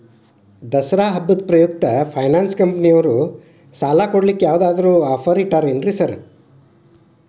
ದಸರಾ ಹಬ್ಬದ ಪ್ರಯುಕ್ತ ಫೈನಾನ್ಸ್ ಕಂಪನಿಯವ್ರು ಸಾಲ ಕೊಡ್ಲಿಕ್ಕೆ ಯಾವದಾದ್ರು ಆಫರ್ ಇಟ್ಟಾರೆನ್ರಿ ಸಾರ್?